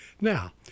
now